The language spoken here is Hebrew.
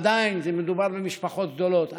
עדיין מדובר במשפחות גדולות,